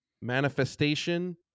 manifestation